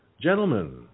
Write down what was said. Gentlemen